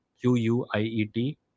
Q-U-I-E-T